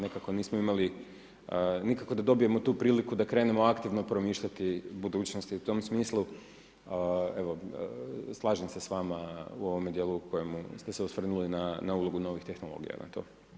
Nekako nismo imali, nikako da dobijemo tu priliku, da krenemo aktivno promišljati o budućnosti u tom smislu, evo, slažem se s vama u ovome dijelu, u kojem ste se osvrnuli, na ulogu novih tehnologija na to.